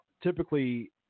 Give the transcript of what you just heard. typically